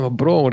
bro